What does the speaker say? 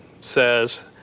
says